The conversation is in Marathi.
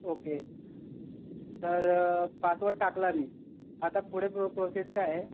ओके तर पाचवट टाकला मी आता पुढे प्रो प्रोसेस काय आहे